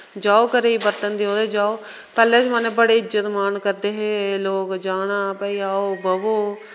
जाओ घरै बर्तन देओ ते जाओ पैह्ले जमान्ने बड़े इज्जत मान करदे हे लोक जाना भाई आओ बवो